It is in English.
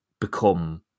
become